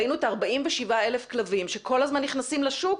ראינו את ה-47,000 כלבים של הזמן נכנסים לשוק